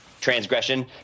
transgression